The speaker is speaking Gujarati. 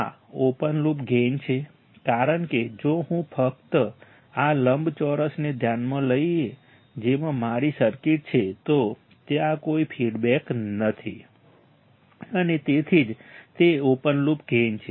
આ ઓપન લૂપ ગેઇન છે કારણ કે જો હું ફક્ત આ લંબચોરસને ધ્યાનમાં લઈએ જેમાં મારી સર્કિટ છે તો ત્યાં કોઈ ફીડબેક નથી અને તેથી જ તે ઓપન લૂપ ગેઇન છે